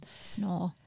Snore